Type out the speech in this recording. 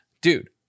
dude